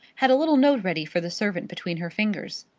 had a little note ready for the servant between her fingers.